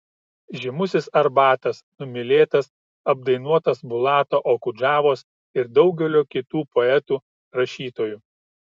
žymusis arbatas numylėtas apdainuotas bulato okudžavos ir daugelio kitų poetų rašytojų